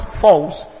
false